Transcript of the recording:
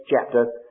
chapter